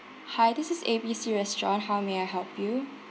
hi this is A_B_C restaurant how may I help you